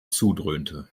zudröhnte